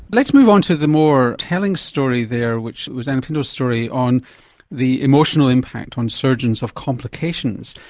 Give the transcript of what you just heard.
let's move on to the more telling story there which was anna pinto's story on the emotional impact on surgeons of complications.